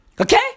Okay